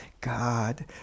God